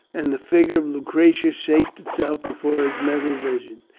and the figure of lucretia shaped itself before his mental vision.